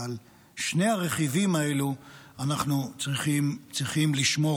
ועל שני הרכיבים האלו אנחנו צריכים לשמור.